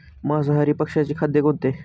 मांसाहारी पक्ष्याचे खाद्य कोणते?